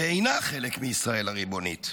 ואינה חלק מישראל הריבונית.